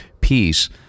peace